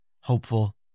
hopeful